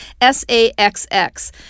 S-A-X-X